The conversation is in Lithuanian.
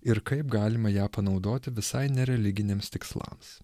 ir kaip galima ją panaudoti visai nereliginiams tikslams